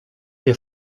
der